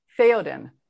Theoden